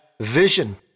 vision